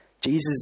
Jesus